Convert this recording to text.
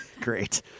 great